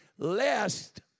Lest